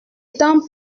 temps